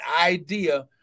idea